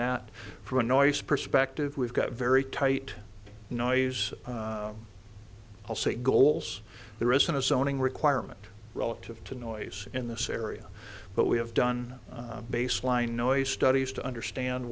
that from a noise perspective we've got very tight noise i'll say goals there isn't a zoning requirement relative to noise in this area but we have done baseline noise studies to understand